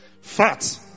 fat